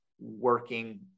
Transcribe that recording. working